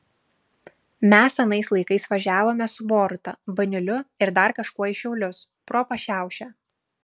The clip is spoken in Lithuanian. mes anais laikais važiavome su boruta baniuliu ir dar kažkuo į šiaulius pro pašiaušę